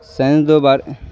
science دو بار